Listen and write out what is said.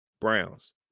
Browns